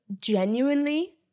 genuinely